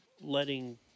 letting